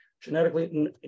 Genetically